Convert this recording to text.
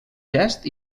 gest